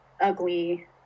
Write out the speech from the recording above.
ugly